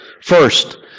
First